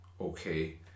okay